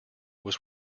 was